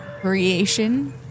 creation